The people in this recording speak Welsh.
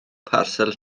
parsel